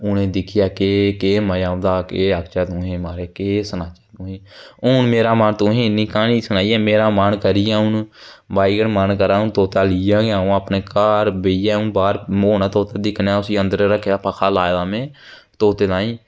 उ'नेंगी दिक्खियै केह् केह् मजा औंदा केह् आखचै तुसें गी माए ते केह् सना उन मेरा मन तुसेंगी इ'न्नी क्हानी सनाइयै मेरा मन करिया हून वाईगाड मेरा मन करादा कि तोता लेइयै गै आवां अपने घार बेहियै हून बाह्र हून मोह् नीं दिक्खने दा तोते गी अंदर रक्खां पक्खा लाएदा में उ'दे तांई